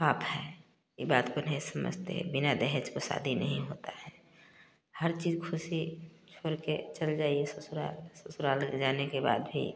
अब आप है ये बात को नहीं समझते बना दहेज को शादी नहीं होता है हर चीज़ ख़ुशी छोर के चल जाइए ससुराल ससुराल जाने के बाद ही